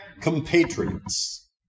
compatriots